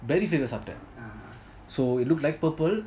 berries flavour சாப்டான்:saptan so it looks like purple